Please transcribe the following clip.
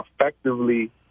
effectively